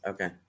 Okay